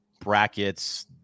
brackets